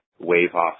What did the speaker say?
wave-off